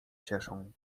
cieszą